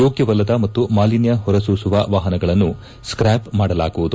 ಯೋಗ್ಣವಲ್ಲದ ಮತ್ತು ಮಾಲಿನ್ನ ಹೊರಸೂಸುವ ವಾಹನಗಳನ್ನು ಸ್ಥಾಪ್ ಮಾಡಲಾಗುವುದು